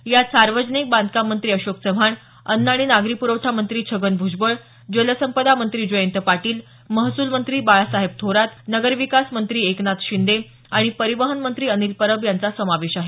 यात सार्वजनिक बांधकाम मंत्री अशोक चव्हाण अन्न आणि नागरी पुरवठा मंत्री छगन भुजबळ जलसंपदा मंत्री जयंत पाटील महसूल मंत्री बाळासाहेब थोरात नगर विकास मंत्री एकनाथ शिंदे परिवहन मंत्री अनिल परब यांचा समावेश आहे